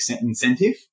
incentive